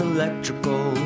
electrical